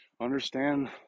understand